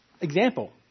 example